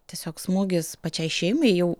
tiesiog smūgis pačiai šeimai jau